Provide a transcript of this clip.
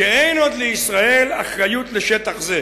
שאין עוד לישראל אחריות לשטח זה.